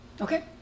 Okay